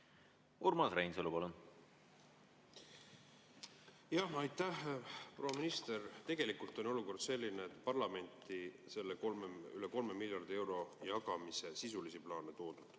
Urmas Reinsalu, palun! Aitäh! Proua minister! Tegelikult on olukord selline, et parlamenti selle üle 3 miljardi euro jagamise sisulisi plaane toodud